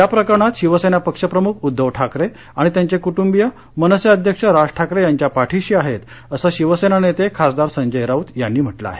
या प्रकरणात शिवसेना पक्षप्रमुख उद्धव ठाकरे आणि त्यांचे कुटुंबीय मनसे अध्यक्ष राज ठाकरे यांच्या पाठीशी आहेत असं शिवसेना नेते खासदार संजय राऊत यांनी म्हटलं आहे